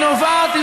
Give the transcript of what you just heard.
שנובעת,